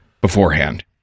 beforehand